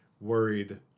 worried